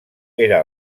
era